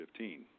2015